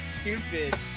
stupid